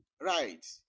Right